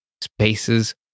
spaces